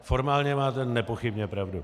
Formálně máte nepochybně pravdu.